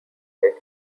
did